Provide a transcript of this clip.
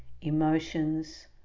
emotions